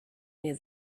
near